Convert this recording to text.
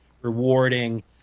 rewarding